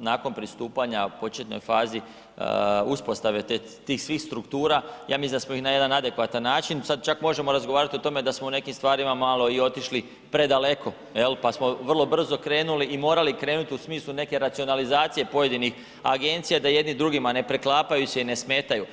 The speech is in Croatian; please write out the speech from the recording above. nakon pristupanja, početnoj fazi uspostave tih svih struktura, ja mislim da smo ih na jedan adekvatan način, sad čak možemo razgovarati o tome da smo u nekim stvarima malo i otišli predaleko, jel pa smo vrlo brzo krenuli i morali krenuti u smislu neke racionalizacije pojedinih agencija da jedni drugima ne preklapaju se i ne smetaju.